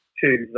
choose